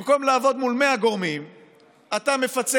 במקום לעבוד מול מאה גורמים אתה מפצה